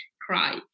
cry